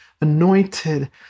anointed